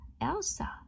Elsa